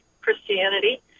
Christianity